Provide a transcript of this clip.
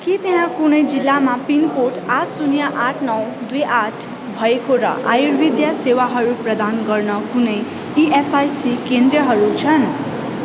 के त्यहाँ कुनै जिलामा पिनकोड आठ सुन्य आठ नौ दुई आठ भएको र आयुर्वेद्य सेवाहरू प्रदान गर्ने कुनै इएसआइसी केन्द्रहरू छन्